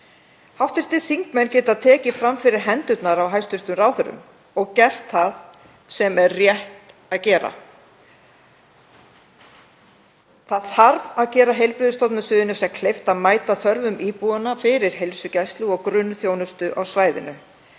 Hv. þingmenn geta tekið fram fyrir hendurnar á hæstv. ráðherrum og gert það sem er rétt að gera. Það þarf að gera Heilbrigðisstofnun Suðurnesja kleift að mæta þörfum íbúanna fyrir heilsugæslu og grunnþjónustu á svæðinu.